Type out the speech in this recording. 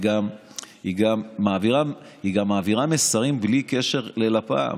היא גם מעבירה מסרים בלי קשר ללפ"ם,